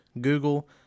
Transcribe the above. Google